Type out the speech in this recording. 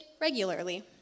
regularly